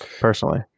personally